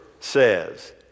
Says